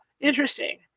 interesting